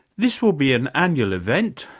this will be an annual event,